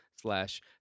slash